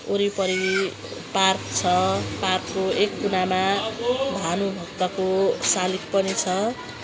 वरिपरि पार्क छ पार्कको एक कुनामा भानुभक्तको सालिक पनि छ